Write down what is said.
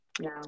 no